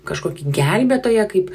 kažkokį gelbėtoją kaip